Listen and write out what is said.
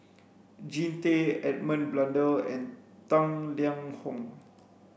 Jean Tay Edmund Blundell and Tang Liang Hong